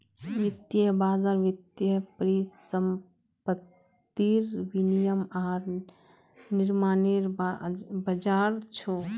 वित्तीय बज़ार वित्तीय परिसंपत्तिर विनियम आर निर्माणनेर बज़ार छ